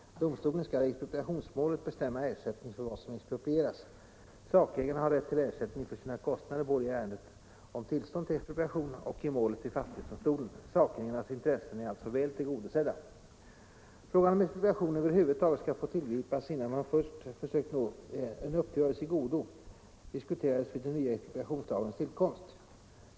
Domstolen skall i expropriationsmålet bestämma ersättning för vad som exproprieras. Sakägarna har rätt till ersättning för sina kostnader både i ärendet om tillstånd till expropriation och i målet vid fastighetsdomstolen. Sakägarnas intressen är alltså väl tillgodosedda. Frågan om expropriation över huvud taget skall få tillgripas innan man först försökt nå en uppgörelse i godo diskuterades vid den nya expro priationslagens tillkomst.